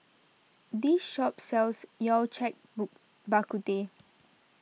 this shop sells Yao Cai Bak But Teh